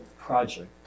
project